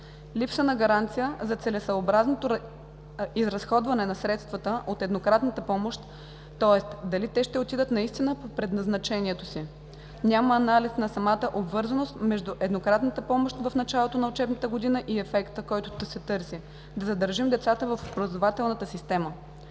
Липсва гаранция за целесъобразното разходване на средствата от еднократната помощ, тоест дали те ще отидат наистина по предназначението си. Няма анализ на самата обвързаност между еднократната помощ в началото на учебната година и ефекта, който се търси – да задържим децата в образователната система.